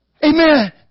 Amen